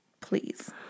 Please